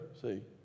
see